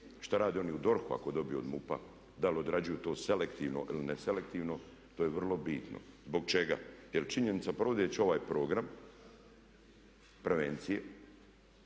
što rade oni u DORH-u ako dobiju od MUP-a da li odrađuju to selektivno ili neselektivno? To je vrlo bitno. Zbog čega? Jer činjenica, provodeći ovaj program prevencije